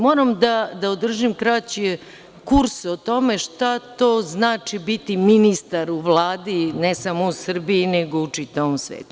Moram da održim kraći kurs o tome šta to znači biti ministar u Vladi, ne samo u Srbiji, nego i u čitavom svetu.